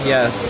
Yes